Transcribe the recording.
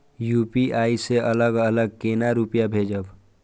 UPI से अलग अलग केना रुपया भेजब